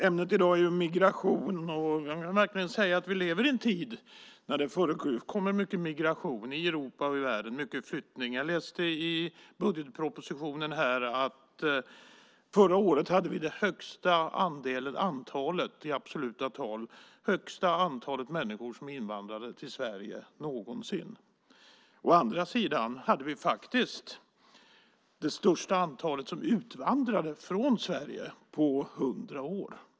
Herr talman! Ämnet i dag är migration. Vi lever i en tid där det förekommer mycket migration i Europa och i världen och många flyttningar. Jag läste i propositionen att vi förra året i absoluta tal hade det högsta antalet människor som invandrade till Sverige någonsin. Å andra sidan hade vi det största antalet som utvandrade från Sverige på hundra år.